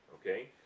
Okay